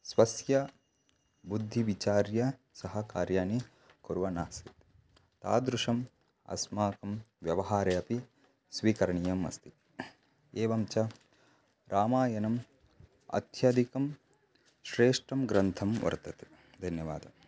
स्वस्य बुद्धिविचार्य सः कार्याणि कुर्वन्नासीत् तादृशम् अस्माकं व्यवहारे अपि स्वीकरणीयम् अस्ति एवं च रामायणम् अत्यधिकं श्रेष्ठं ग्रन्थं वर्तते धन्यवादः